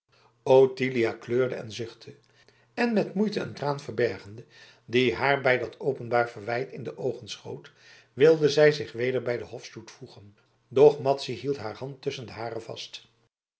ottilia kleurde en zuchtte en met moeite een traan verbergende die haar bij dat openbaar verwijt in de oogen schoot wilde zij zich weder bij den hofstoet voegen doch madzy hield haar hand tusschen de hare vast